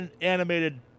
animated